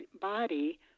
body